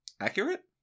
accurate